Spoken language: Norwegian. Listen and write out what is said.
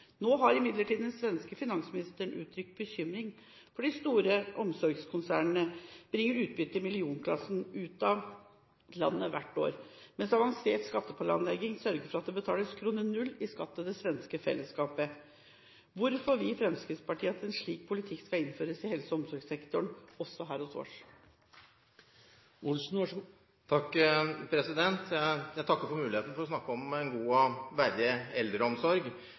Nå har imidlertid den svenske finansministeren uttrykt bekymring, for de store omsorgskonsernene bringer utbytte i millionklassen ut av landet hvert år, mens avansert skatteplanlegging sørger for at det betales 0 kr i skatt til det svenske fellesskapet. Hvorfor vil Fremskrittspartiet at en slik politikk skal innføres i helse- og omsorgssektoren også her hos oss? Jeg takker for muligheten til å snakke om en god og verdig eldreomsorg.